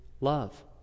love